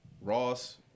Ross